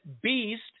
beast